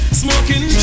smoking